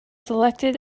selected